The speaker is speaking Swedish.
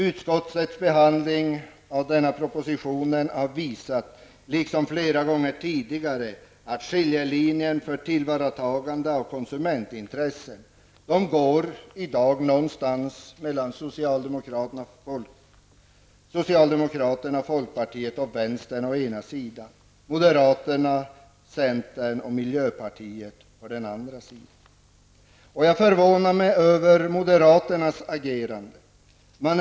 Utskottets behandling av den aktuella propositionen visar, liksom har varit fallet flera gånger tidigare, att skiljelinjen beträffande tillvaratagandet av konsumenternas intressen i dag går någonstans mellan socialdemokraterna, folkpartiet och vänstern å ena sidan samt moderaterna, centern och miljöpartiet å andra sidan. Moderaternas agerande är förvånande.